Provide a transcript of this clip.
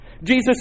Jesus